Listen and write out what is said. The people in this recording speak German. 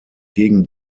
gegen